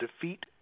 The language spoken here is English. defeat